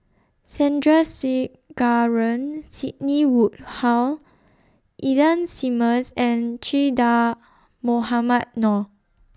Sandrasegaran Sidney Woodhull Ida Simmons and Che Dah Mohamed Noor